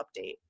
update